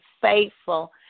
faithful